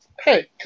Hey